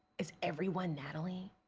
is everyone natalie?